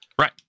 Right